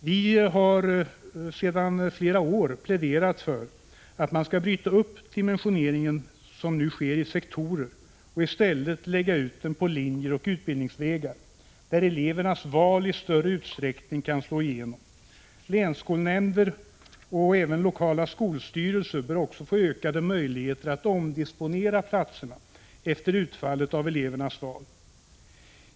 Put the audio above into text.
Vi moderater har sedan flera år pläderat för att den dimensionering som nu sker i sektorer skall brytas upp och i stället läggas på linjer och utbildningsvägar där elevernas val i större utsträckning kan slå igenom. Länsskolnämnder och lokala skolstyrelser bör också få ökade möjligheter att omdisponera platserna efter utfallet av elevernas val.